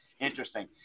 interesting